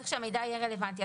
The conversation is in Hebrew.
וצריך שהמידע יהיה רלוונטי.